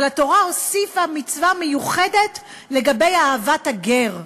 אבל התורה הוסיפה מצווה מיוחדת לגבי אהבת הגר,